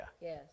Yes